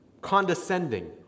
condescending